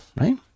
right